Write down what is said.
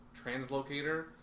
translocator